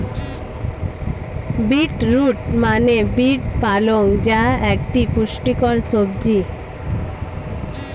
beet root মানে beet পালং যা একটি পুষ্টিকর সবজি